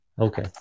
Okay